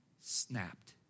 snapped